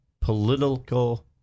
political